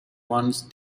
once